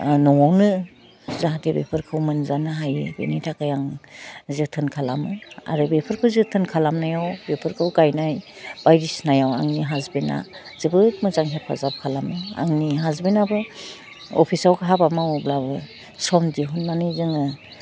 ओह न'वानो जाहाथे बेफोरखौ मोनजानो हायो बिनि थाखाय आं जोथोन खालामो आरो बेफोरखौ जोथोन खालामनायाव बेफोरखौ गायनाय बायदिसिनाव आंनि हासबेना जोबोद मोजां हेफाजाब खालामो आंनि हासबेनाबो अफिसाव हाबा मावोब्लाबो सम दिहुननानै जोङो